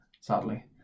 sadly